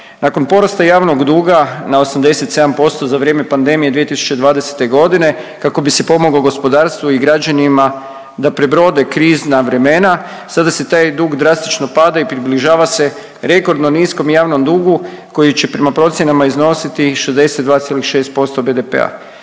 Nakon porasta javnog duga na 87% za vrijeme pandemije 2020. godine kako bi se pomoglo gospodarstvu i građanima da prebrode krizna vremena sada se taj dug drastično pada i približava se rekordno niskom javnom dugu koji će prema procjenama iznositi 62,6% BDP-a.